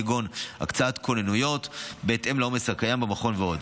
כגון הקצאת כוננויות בהתאם לעומס הקיים ועוד.